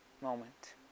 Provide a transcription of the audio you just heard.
moment